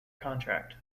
contract